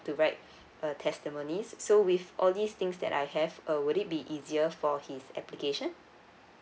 to write err testimonies so with all these things that I have uh would it be easier for his application